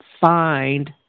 find